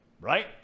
Right